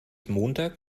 montag